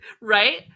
Right